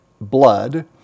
blood